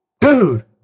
dude